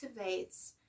activates